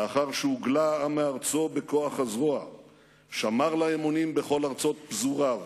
לאחר שהוגלה העם מארצו בכוח הזרוע שמר לה אמונים בכל ארצות פזוריו,